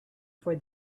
for